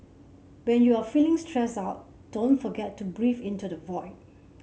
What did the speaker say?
when you are feeling stressed out don't forget to breathe into the void